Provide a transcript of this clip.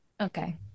Okay